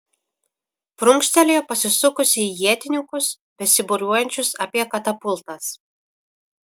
prunkštelėjo pasisukusi į ietininkus besibūriuojančius apie katapultas